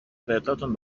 پرتاتون